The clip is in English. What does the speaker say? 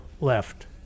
left